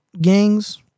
gangs